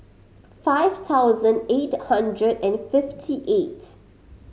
five thousand eight hundred and fifty eight